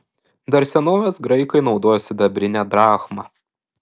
dar senovės graikai naudojo sidabrinę drachmą